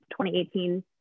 2018